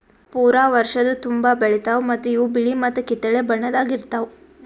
ಪೂರಾ ವರ್ಷದ ತುಂಬಾ ಬೆಳಿತಾವ್ ಮತ್ತ ಇವು ಬಿಳಿ ಮತ್ತ ಕಿತ್ತಳೆ ಬಣ್ಣದಾಗ್ ಇರ್ತಾವ್